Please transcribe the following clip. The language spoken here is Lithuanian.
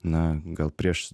na gal prieš